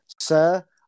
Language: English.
sir